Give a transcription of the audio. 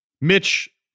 Mitch